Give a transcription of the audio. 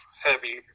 heavy